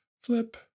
flip